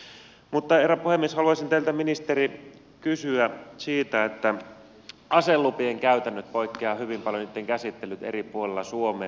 mutta herra puhemies haluaisin teiltä ministeri kysyä siitä että aselupien käytännöt poik keavat hyvin paljon niitten käsittelyt eri puolilla suomea